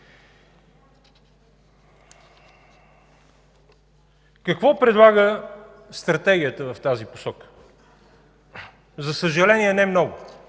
Какво предлага стратегията в тази посока? За съжаление не много.